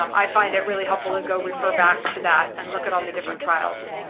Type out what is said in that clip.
um i find it really helpful to go refer back to that and look at all the different trials.